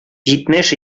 җитмеш